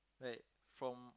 right from